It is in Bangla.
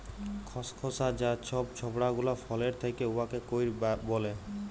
খসখসা যা ছব ছবড়া গুলা ফলের থ্যাকে উয়াকে কইর ব্যলে